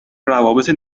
روابط